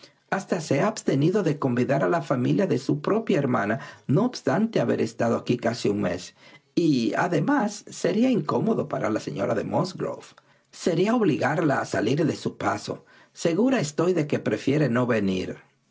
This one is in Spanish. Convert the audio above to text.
hasta se ha abstenido de convidar a la familia de su propia hermana no obstante haber estado aquí casi un mes y además sería incómodo para la señora de musgrove sería obligarla a salir de su paso segura estoy de que prefiere no venir